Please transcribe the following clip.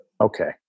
Okay